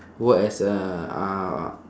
work as a uh